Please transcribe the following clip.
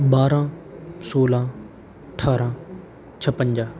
ਬਾਰਾਂ ਸੋਲਾਂ ਅਠਾਰਾਂ ਛਪੰਜਾ